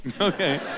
Okay